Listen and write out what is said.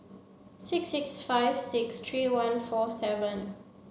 six six five six three one four seven